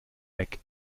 weg